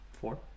Four